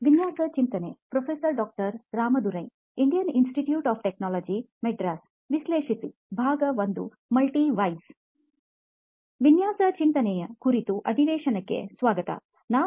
ವಿನ್ಯಾಸ ಚಿಂತನೆಯ ಕುರಿತು ಅಧಿವೇಶನಕ್ಕೆ ಹಿಂತಿರುಗಿ